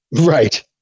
Right